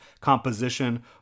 composition